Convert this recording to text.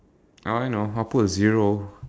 oh I know I'll put a zero